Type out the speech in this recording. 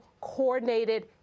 coordinated